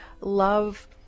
love